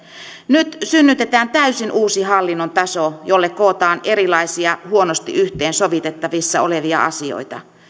nyt synnytetään täysin uusi hallinnon taso jolle kootaan erilaisia huonosti yhteensovitettavissa olevia asioita